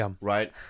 right